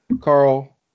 Carl